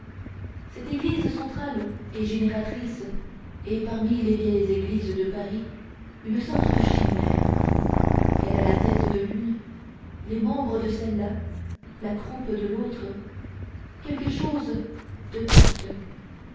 cette église centrale et génératrice est parmi les vieilles églises de paris une sorte de chimère elle a la tête de l'une les membres de celle-là la croupe de l'autre quelque chose de toutes